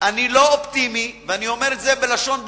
אני לא אופטימי, ואני אומר את זה בלשון ברורה.